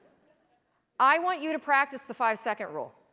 i want you to practice the five-second-rule.